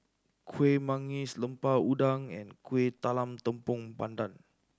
Kueh Manggis Lemper Udang and Kuih Talam Tepong Pandan